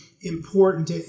important